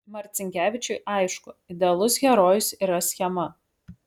marcinkevičiui aišku idealus herojus yra schema